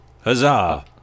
Huzzah